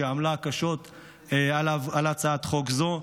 שעמלה קשות על הצעת חוק זו.